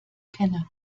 kenne